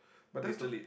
but that's the